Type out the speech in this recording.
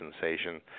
sensation